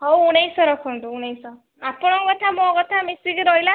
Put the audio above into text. ହଉ ଉଣେଇଶହ ରଖନ୍ତୁ ଉଣେଇଶହ ଆପଣଙ୍କ କଥା ମୋ କଥା ମିଶିକି ରହିଲା